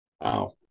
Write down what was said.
Wow